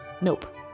Nope